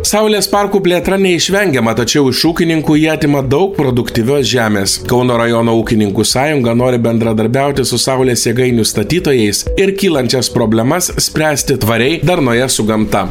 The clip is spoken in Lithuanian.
saulės parkų plėtra neišvengiama tačiau iš ūkininkų jie atima daug produktyvios žemės kauno rajono ūkininkų sąjunga nori bendradarbiauti su saulės jėgainių statytojais ir kylančias problemas spręsti tvariai darnoje su gamta